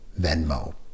Venmo